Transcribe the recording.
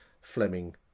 Fleming